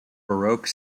baroque